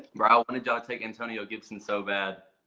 bro, and and take antonio gibson so bad.